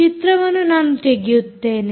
ಈ ಚಿತ್ರವನ್ನು ನಾನು ತೆಗೆಯುತ್ತೇನೆ